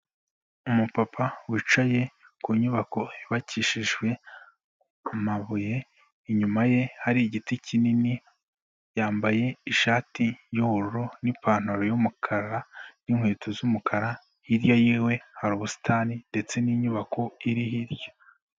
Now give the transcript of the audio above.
Umupapa wicaye ku nyubako yubakishijwe amabuye, inyuma ye hari igiti kinini, yambaye ishati y'ubururu n'ipantaro y'umukara n'inkweto z'umukara, hirya yiwe hari ubusitani ndetse n'inyubako iri hirya.